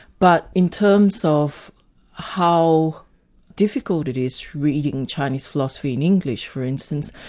but in terms of how difficult it is reading chinese philosophy in english, for instance,